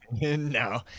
No